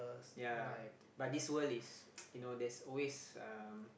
ya but this world is you know there's always um